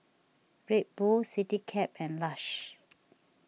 Red Bull CityCab and Lush